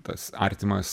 tas artimas